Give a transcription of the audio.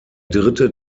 dritte